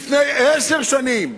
לפני עשר שנים.